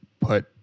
put